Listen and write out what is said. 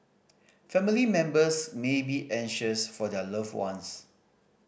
family members may be anxious for their loved ones